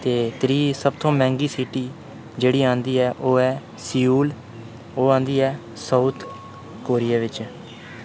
ते त्री सब तो मैंह्गी सिटी जेह्ड़ी आंदी ऐ सियोल ओह् आंदी ऐ साउथ कोरिया बिच्च